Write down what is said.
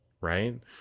Right